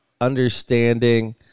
understanding